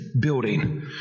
building